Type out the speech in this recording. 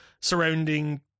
surrounding